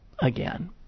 again